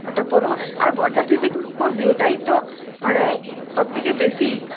ওটা পরবো আর বরযাত্রীতে কী পরবি ওটাই তো মানে সবথেকে বেশি